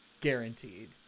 guaranteed